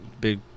big